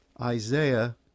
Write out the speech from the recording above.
Isaiah